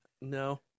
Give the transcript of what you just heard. no